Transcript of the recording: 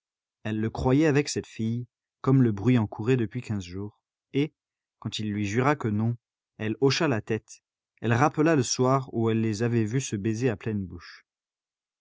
elle le croyait avec cette fille comme le bruit en courait depuis quinze jours et quand il lui jura que non elle hocha la tête elle rappela le soir où elle les avait vus se baiser à pleine bouche